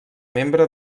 membre